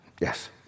Yes